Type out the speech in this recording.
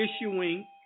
issuing